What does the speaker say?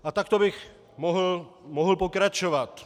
A takto bych mohl pokračovat.